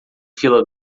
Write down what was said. fila